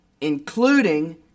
including